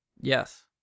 Yes